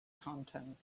content